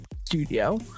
studio